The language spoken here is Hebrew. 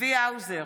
צבי האוזר,